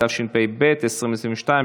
התשפ"ב 2022,